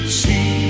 see